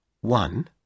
One